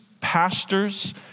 pastors